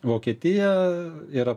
vokietija yra